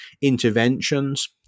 interventions